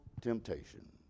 temptation